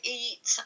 eat